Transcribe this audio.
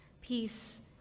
peace